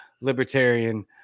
Libertarian